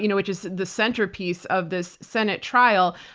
you know which is the centerpiece of this senate trial.